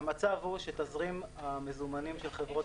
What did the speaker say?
המצב הוא שתזרים המזומנים של חברות